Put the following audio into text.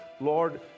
Lord